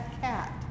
Cat